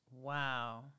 Wow